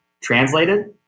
translated